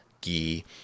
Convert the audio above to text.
ghee